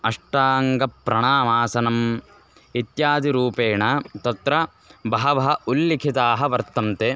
अष्टाङ्गप्रणामासनम् इत्यादिरूपेण तत्र बहवः उल्लिखिताः वर्तन्ते